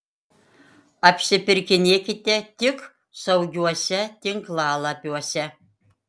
apsipirkinėkite tik saugiuose tinklalapiuose